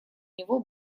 него